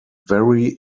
very